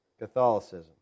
Catholicism